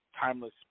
timeless